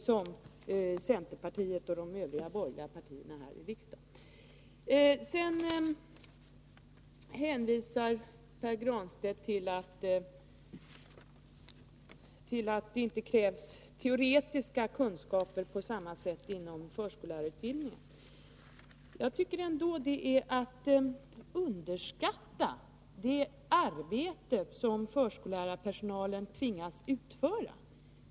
8 december 1982 Vidare hänvisar Pär Granstedt till att det inte på samma sätt krävs teoretiska kunskaper inom förskollärarutbildningen. Jag tycker att det är att Grundläggande underskatta det arbete som förskollärarpersonalen tvingas utföra.